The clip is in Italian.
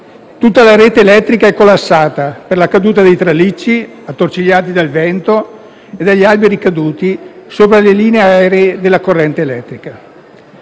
Tutta la rete elettrica è collassata per la caduta dei tralicci, attorcigliati dal vento e dagli alberi caduti sopra le linee aeree della corrente elettrica;